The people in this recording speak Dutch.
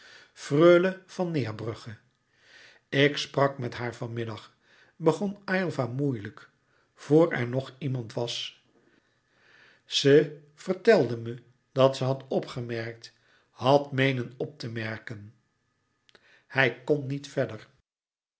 freule van neerbrugge ik sprak met haar van middag begon aylva moeilijk vr er nog iemand was ze vertelde me dat ze had opgemerkt had meenen op te merken hij kon niet verder